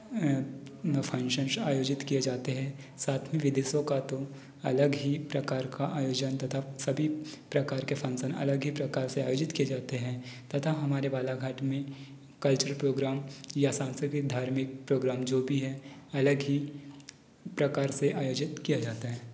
function आयोजित किए जाते हैं साथ में विदेशों का तो अगर ही प्रकार का आयोजन तथा सभी प्रकार के फंगक्शन अलग ही प्रकार से आयोजित किए जाते हैं तथा हमारे बालाघाट में कल्चरल प्रोग्राम या सांकृतिक धार्मिक प्रोग्राम जो भी है अलग ही प्रकार से आयोजित किया जाता है